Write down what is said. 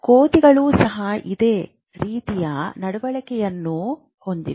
ಕೋತಿಗಳು ಸಹ ಇದೇ ರೀತಿಯ ನಡವಳಿಕೆಯನ್ನು ಹೊಂದಿವೆ